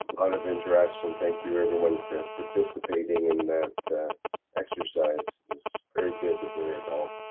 lot of interaction, thank you everyone for participating in that exercise, is very good to hear it all.